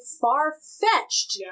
far-fetched